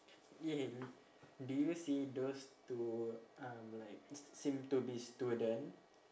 do you see those two um like seem to be student